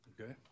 Okay